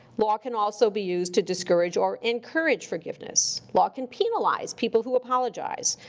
law can also be used to discourage or encourage forgiveness. law can penalize people who apologize,